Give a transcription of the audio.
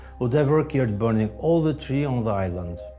would have required burning all the trees on the island.